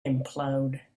implode